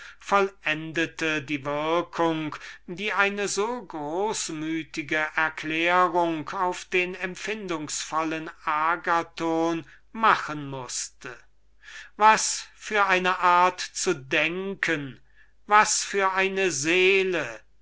vollendete die würkung die eine so großmütige erklärung auf den empfindungs vollen agathon machen mußte was für eine art zu denken was für eine seele